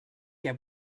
què